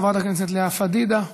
חברת הכנסת לאה פדידה.